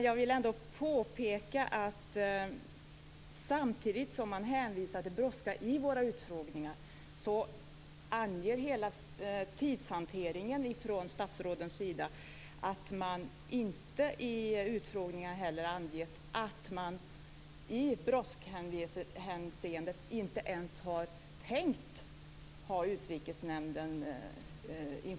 Jag vill ändå påpeka att samtidigt som det vid utfrågningarna hänvisas till brådska så anger statsråden i utfrågningarna i fråga om tidshanteringen att de inte ens har tänkt på att informera Utrikesnämnden.